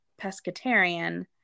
pescatarian